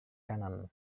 kanan